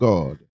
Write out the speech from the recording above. God